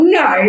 no